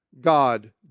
God